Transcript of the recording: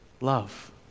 Love